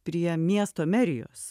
prie miesto merijos